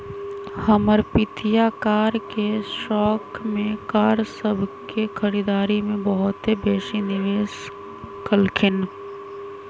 हमर पितिया कार के शौख में कार सभ के खरीदारी में बहुते बेशी निवेश कलखिंन्ह